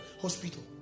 hospital